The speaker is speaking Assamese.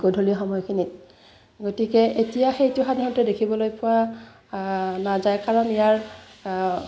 গধূলি সময়খিনিত গতিকে এতিয়া সেইটো সাধাৰণতে দেখিবলৈ পোৱা নাযায় কাৰণ ইয়াৰ